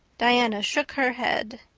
diana shook her head.